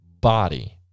body